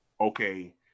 okay